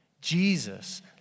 Jesus